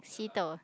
Sitoh